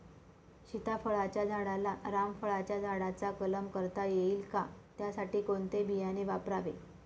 सीताफळाच्या झाडाला रामफळाच्या झाडाचा कलम करता येईल का, त्यासाठी कोणते बियाणे वापरावे?